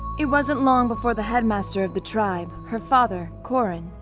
it wasn't long before the headmaster of the tribe, her father, korren,